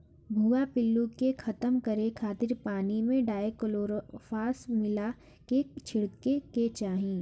भुआ पिल्लू के खतम करे खातिर पानी में डायकलोरभास मिला के छिड़के के चाही